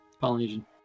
Polynesian